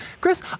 Chris